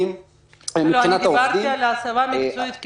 דיברתי על הסבה מקצועית,